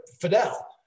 Fidel